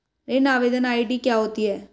ऋण आवेदन आई.डी क्या होती है?